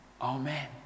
Amen